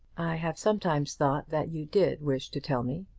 i have sometimes thought that you did wish to tell me.